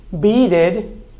beaded